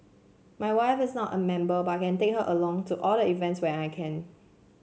my wife is not a member but can take her along to all the events when I can